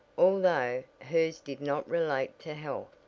although hers did not relate to health,